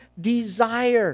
desire